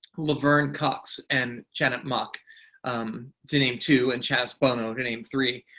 laverne cox and janet mock to name two, and chaz bono to name three.